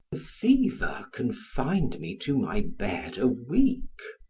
the fever confined me to my bed a week.